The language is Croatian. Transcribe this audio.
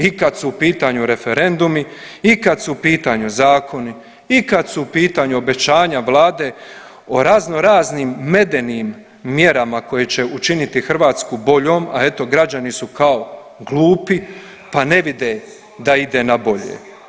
I kad su u pitanju referendumi i kad su u pitanju zakoni i kad su u pitanju obećanja vlade o razno raznim medenim mjerama koje će učiniti Hrvatsku boljom, a eto građani su kao glupi pa ne vide da ide na bolje.